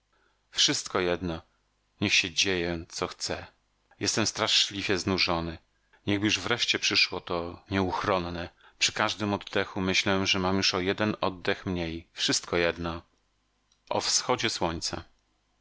wszystko jedno niech się dzieje co chce jestem straszliwie znużony niechby już wreszcie przyszło to nieuchronne przy każdym oddechu myślę że mam już o jeden oddech mniej wszystko jedno wyruszamy w